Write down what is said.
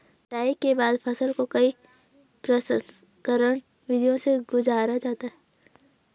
कटाई के बाद फसल को कई प्रसंस्करण विधियों से गुजारा जाता है